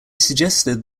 suggested